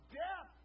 death